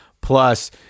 Plus